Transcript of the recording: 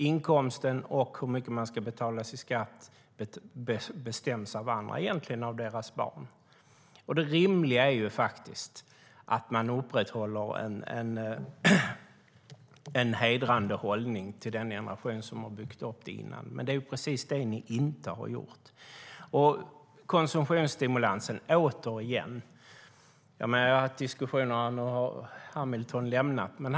Inkomsten och hur mycket man ska betala i skatt bestäms av andra, egentligen av deras barn. Det rimliga är att upprätthålla en hedrande hållning till den generation som har byggt upp landet, men det är precis det ni inte har gjort. När det gäller konsumtionsstimulansen, återigen, har jag tidigare haft diskussioner med Carl B Hamilton, som nu har lämnat kammaren.